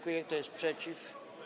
Kto jest przeciw?